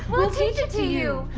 we'll teach it to you!